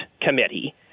committee